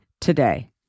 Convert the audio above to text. today